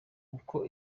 uko